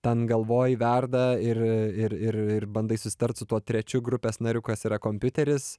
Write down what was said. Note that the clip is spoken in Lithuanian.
ten galvoj verda ir ir ir ir bandai susitart su tuo trečiu grupės nariu kas yra kompiuteris